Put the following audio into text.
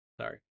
Sorry